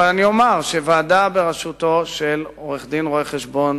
אבל אני אומר שוועדה בראשותו של עורך-דין רואה-חשבון